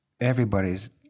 everybody's